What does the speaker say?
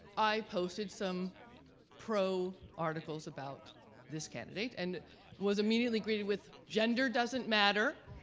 i posted some pro articles about this candidate and was immediately greeted with, gender doesn't matter.